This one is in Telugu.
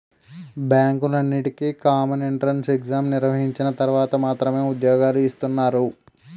బ్యాంకులన్నింటికీ కామన్ ఎంట్రెన్స్ ఎగ్జామ్ నిర్వహించిన తర్వాత మాత్రమే ఉద్యోగాలు ఇస్తున్నారు